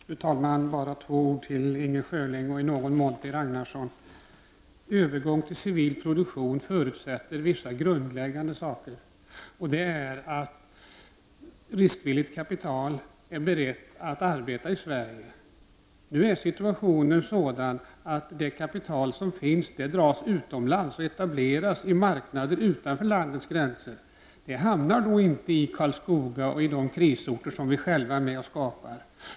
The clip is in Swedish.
Fru talman! Bara ytterligare två ord till Inger Schörling och i någon mån till Jan-Olof Ragnarsson. En övergång till civil produktion förutsätter vissa grundläggande saker. En av dem är att riskvilligt kapital är berett att arbeta i Sverige. Nu är situationen sådan att det kapital som finns dras utomlands och etableras i marknader utanför landets gränser. Det hamnar då inte i Karlskoga och i de krisorter som vi själva är med och skapar.